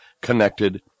connected